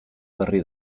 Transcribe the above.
berri